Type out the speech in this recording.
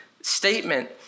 statement